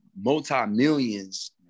multi-millions